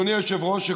אדוני היושב-ראש,